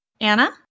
Anna